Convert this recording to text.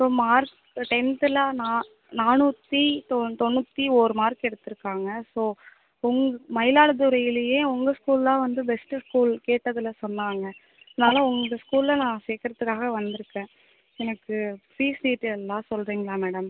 so mark டென்த்தில் நான் நானூற்றி தொ தொண்ணூற்றி ஓரு மார்க் எடுத்துருக்காங்க ஸோ உங் மயிலாடுதுறையிலேயே உங்கள் ஸ்கூல் தான் பெஸ்ட் ஸ்கூல் கேட்டதில் சொன்னாங்க அதனால் உங்கள் ஸ்கூலில் நான் சேர்க்கறதுக்காக வந்துருக்கேன் எனக்கு ஃபீஸ் டீட்டைல்லாம் சொல்லுறீங்ளா மேடம்